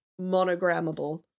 monogrammable